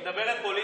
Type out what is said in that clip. היא מדברת פוליטית.